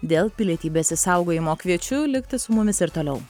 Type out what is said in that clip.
dėl pilietybės išsaugojimo kviečiu likti su mumis ir toliau